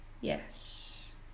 Yes